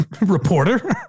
reporter